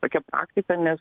tokia praktika nes